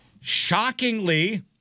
Shockingly